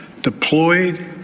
deployed